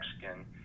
Mexican